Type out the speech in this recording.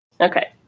Okay